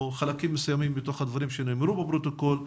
חלקים מסוימים בתוך הדברים שנאמרו ונרשמו בפרוטוקול,